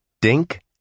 Dink